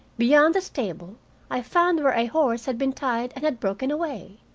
behind the stable i found where a horse had been tied and had broken away.